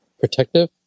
protective